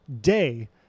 day